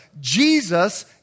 Jesus